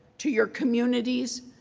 to your communities,